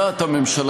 על דעת הממשלה,